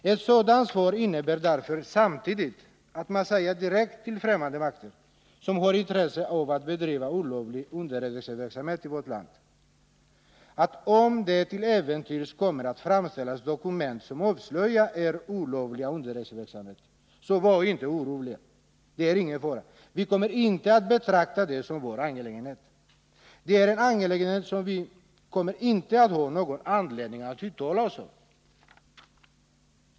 Ett sådant svar innebär att man säger direkt till främmande makter som har intr av att bedriva olovlig underrättelseverksamhet i vårt land: Om det till äventyrs kommer att framställas dokument som avslöjar er olovliga underrättelseverksamhet, så var inte oroliga! Det är ingen fara. Vi kommer inte att betrakta det som vår angelägenhet. Det är er angelägenhet, och vi kommer inte att uttala oss om den.